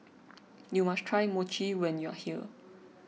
you must try Mochi when you are here